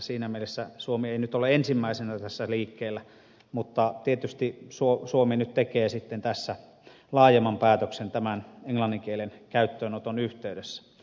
siinä mielessä suomi ei nyt ole ensimmäisenä tässä liikkeellä mutta tietysti suomi nyt tekee sitten tässä laajemman päätöksen tämän englannin kielen käyttöönoton yhteydessä